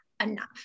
enough